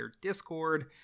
Discord